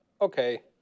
okay